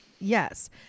Yes